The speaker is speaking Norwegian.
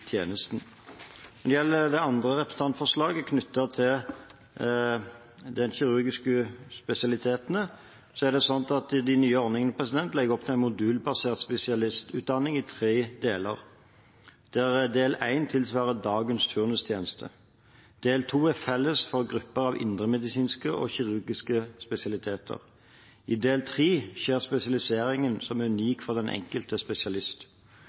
tjenesten. Når det gjelder det andre representantforslaget knyttet til de kirurgiske spesialitetene, er det sånn at de nye ordningene legger opp til en modulbasert spesialistutdanning i tre deler, der del 1 tilsvarer dagens turnustjeneste. Del 2 er felles for grupper av indremedisinske og kirurgiske spesialiteter. I del 3 skjer spesialiseringen som er unik for den enkelte spesialist.